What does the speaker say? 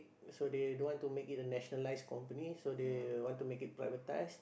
so they don't want to make it a nationalized company so they want to make it privatize